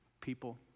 people